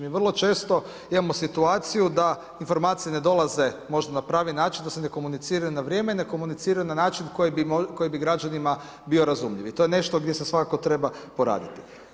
Mi vrlo često imamo situaciju da informacije ne dolaze možda na pravi način, da se ne komuniciraju na vrijeme, ne komuniciraju na način koji bi građanima bio razumljiv i to je nešto gdje se svakako treba poraditi.